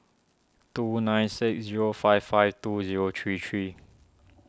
two nine six zero five five two zero three three